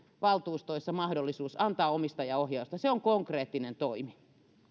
valtuustoissa mahdollisuus antaa omistajaohjausta se on konkreettinen toimi